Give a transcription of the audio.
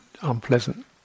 unpleasant